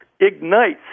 ignites